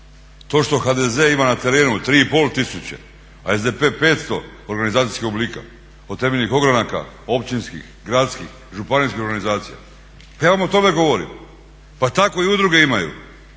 To što HDZ ima na terenu 3,5 tisuće, a SDP 500 organizacijskih oblika od temeljnih ogranaka, općinskih, gradskih, županijskih organizacija pa ja vam o tome govorim. Pa tako i udruge imaju,